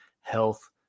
health